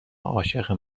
عاشق